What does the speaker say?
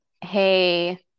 hey